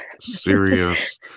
serious